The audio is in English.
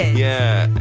yeah.